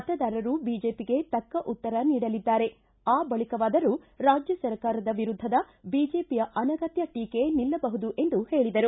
ಮತದಾರರು ಬಿಜೆಬಗೆ ತಕ್ಕ ಉತ್ತರ ನೀಡಲಿದ್ದಾರೆ ಆ ಬಳಿಕವಾದರೂ ರಾಜ್ಯ ಸರ್ಕಾರದ ವಿರುದ್ದದ ಬಿಜೆಒಯ ಅನಗತ್ಯ ಟೀಕೆ ನಿಲ್ಲಬಹುದು ಎಂದು ಹೇಳಿದರು